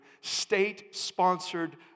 state-sponsored